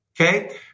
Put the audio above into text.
okay